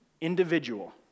individual